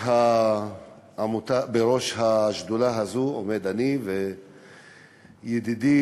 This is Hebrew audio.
בראש השדולה הזאת עומדים אני וידידי